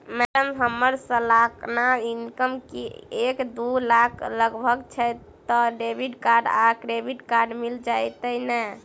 Madam हम्मर सलाना income एक दु लाख लगभग छैय तऽ डेबिट कार्ड आ क्रेडिट कार्ड मिल जतैई नै?